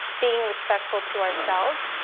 being respectful to ourselves,